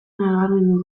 nabarmendu